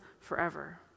forever